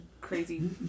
crazy